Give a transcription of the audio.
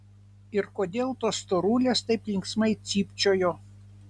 ir kodėl tos storulės taip linksmai cypčiojo